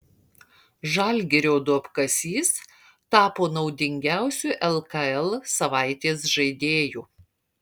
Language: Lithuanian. žalgirio duobkasys tapo naudingiausiu lkl savaitės žaidėju